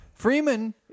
Freeman